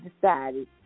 decided